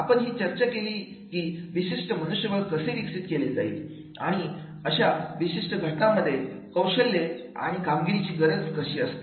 आपण ही चर्चा केली की विशिष्ट मनुष्यबळ कसे विकसित केले जाईल आणि अशा विशिष्ट घटनांमध्ये कौशल्य आणि कामगिरीची गरज कशी असते